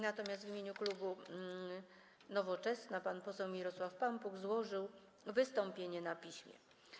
Natomiast w imieniu klubu Nowoczesna pan poseł Mirosław Pampuch złożył wystąpienie na piśmie.